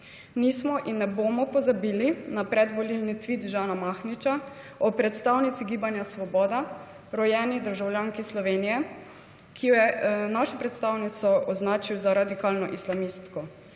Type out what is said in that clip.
Nismo in ne bomo pozabili na predvolilni tvit Žana Mahniča o predstavnici Gibanja Svoboda, rojeni državljanki Slovenije, ki je našo predstavnico označil za radikalno islamistko.